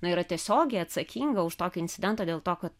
na yra tiesiogiai atsakinga už tokį incidentą dėl to kad